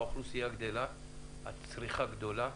אבל בינתיים גם האוכלוסייה גדלה והצריכה גדלה.